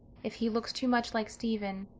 if he looked too much like stephen.